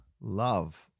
love